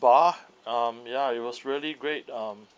bar um ya it was really great um